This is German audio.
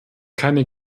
keine